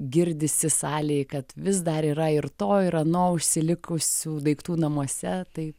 girdisi salėj kad vis dar yra ir to ir ano užsilikusių daiktų namuose tai